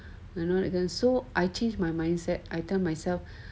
you know so I change my mindset I tell myself